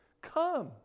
Come